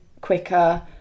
quicker